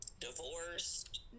divorced